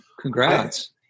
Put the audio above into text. Congrats